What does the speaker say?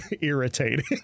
irritating